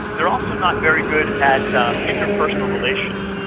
they are also not very good at ah interpersonal relations,